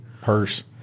Purse